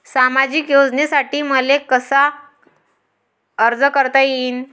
सामाजिक योजनेसाठी मले कसा अर्ज करता येईन?